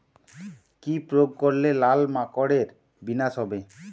কি প্রয়োগ করলে লাল মাকড়ের বিনাশ হবে?